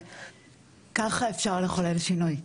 ככה אפשר לחולל שינוי.